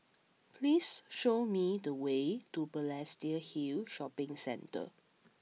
please show me the way to Balestier Hill Shopping Centre